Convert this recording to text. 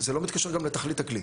זה לא מתקשר גם לתכלית הכלי.